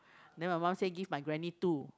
then my mum say give my granny two